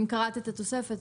אם קראת את התוספת,